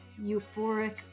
euphoric